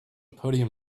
podium